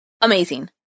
amazing